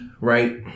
right